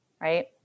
right